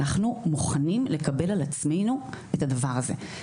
אנחנו מוכנים לקבל על עצמנו את הדבר הזה.